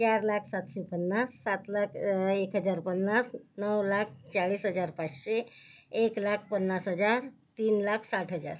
चार लाख सातशे पन्नास सात लाख एक हजार पन्नास नऊ लाख चाळीस हजार पाचशे एक लाख पन्नास हजार तीन लाख साठ हजार